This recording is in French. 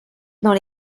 dans